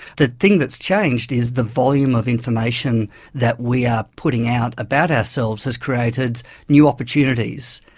the thing that's changed is the volume of information that we are putting out about ourselves has created new opportunities.